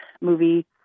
movie